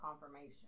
confirmation